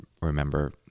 remember